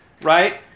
right